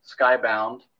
Skybound